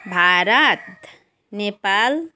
Bharat Nepal